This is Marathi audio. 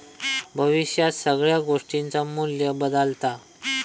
भविष्यात सगळ्या गोष्टींचा मू्ल्य बदालता